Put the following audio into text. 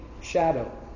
shadow